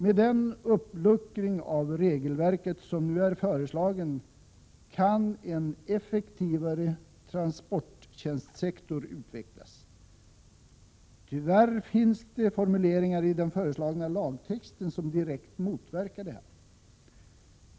Med den uppluckring av regelverket som nu är föreslagen kan en effektivare transporttjänstsektor utvecklas. Tyvärr finns det formuleringar i den föreslagna lagtexten som direkt motverkar detta.